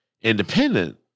independent